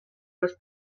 les